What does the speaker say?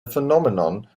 phenomenon